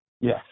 Yes